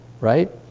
Right